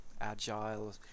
agile